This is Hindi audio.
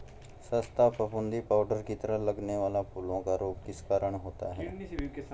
खस्ता फफूंदी पाउडर की तरह लगने वाला फूलों का रोग किस कारण होता है?